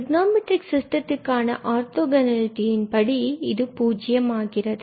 டிரிக்னோ matric சிஸ்டத்திற்கான orthogonality இன் படி பூஜ்ஜியம் ஆகிறது